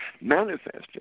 manifesting